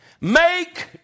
Make